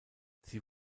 sie